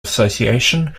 association